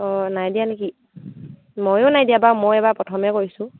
অঁ নাই দিয়া নেকি ময়ো নাই দিয়া বাৰু মই এইবাৰ প্ৰথমে কৰিছোঁ